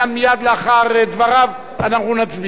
מייד לאחר דבריו אנחנו נצביע.